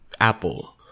Apple